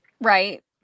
right